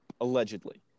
Allegedly